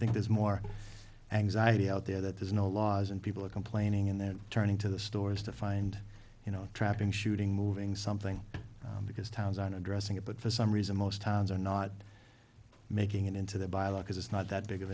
think there's more anxiety out there that there's no laws and people are complaining and they're turning to the stores to find you know trap and shooting moving something because towns on addressing it but for some reason most towns are not making it into the buy look as it's not that big of